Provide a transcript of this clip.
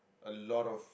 a lot of